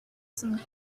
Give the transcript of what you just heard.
some